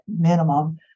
minimum